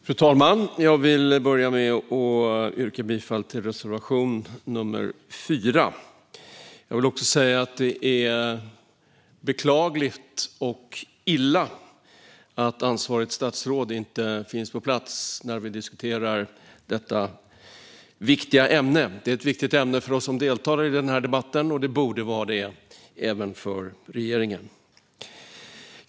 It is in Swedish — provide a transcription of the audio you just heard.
Fru talman! Jag vill börja med att yrka bifall till reservation 4. Jag vill också säga att det är beklagligt och illa att ansvarigt statsråd inte finns på plats när vi diskuterar detta viktiga ämne. Det är ett viktigt ämne för oss som deltar i debatten, och det borde vara det även för regeringen.